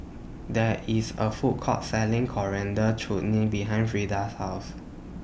There IS A Food Court Selling Coriander Chutney behind Freida's House